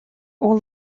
all